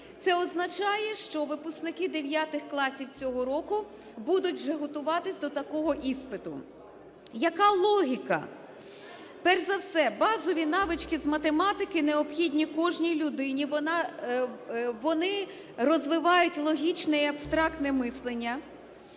Це означає, що випускники дев'ятих класів цього року будуть вже готуватися до такого іспиту. Яка логіка? Перш за все, базові навички з математики необхідні кожній людині, вони розвивають логічне і абстрактне мислення.